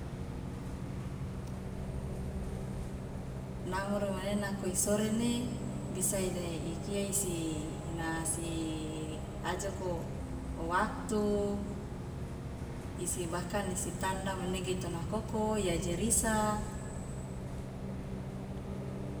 namoro mane nako isorene bisa ikia isi inasi ajoko owaktu isi bahkan isi tanda manege tonakoko iajerisa.